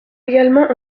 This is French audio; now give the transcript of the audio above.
également